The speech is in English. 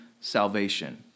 salvation